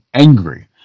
angry